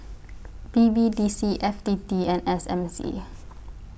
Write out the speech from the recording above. B B D C F T T and S M C